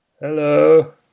Hello